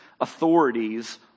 authorities